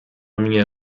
minha